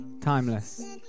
Timeless